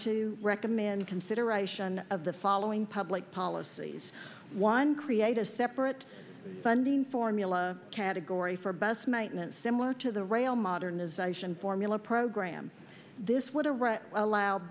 to recommend consideration of the following public policies one create a separate funding formula category for best maintenance similar to the rail modernization formula program this